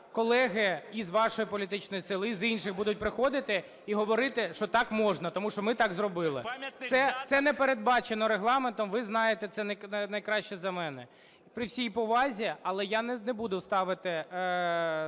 колеги і з вашої політичної сили, і з інших будуть приходити і говорити, що так можна, тому що ми так зробили. Це не передбачено регламентом, ви знаєте це найкраще за мене. При всій повазі, але я не буду ставити